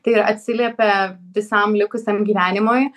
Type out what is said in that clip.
tai atsiliepia visam likusiam gyvenimui